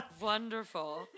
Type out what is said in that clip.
Wonderful